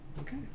okay